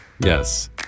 yes